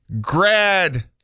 Grad